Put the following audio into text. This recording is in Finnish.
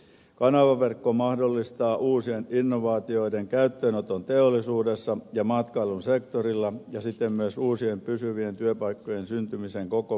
kanavaverkko mahdollistaa uusien innovaatioiden käyttöönoton teollisuudessa ja matkailun sektorilla ja siten myös uusien pysyvien työpaikkojen syntymisen koko vaikutusalueelle